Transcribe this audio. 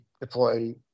deploy